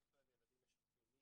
בדרך כלל ילדים משתפים מישהו.